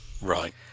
Right